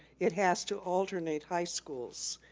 it has two alternate high schools.